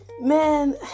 Man